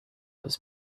was